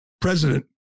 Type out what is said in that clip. president